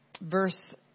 verse